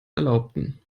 erlaubten